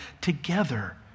together